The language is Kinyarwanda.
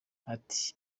ati